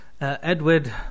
Edward